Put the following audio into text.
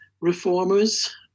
reformers